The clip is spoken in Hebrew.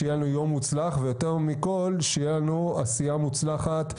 שיהיה לנו יום מוצלח ויותר מכל שתהיה לנו עשייה מוצלחת,